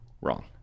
wrong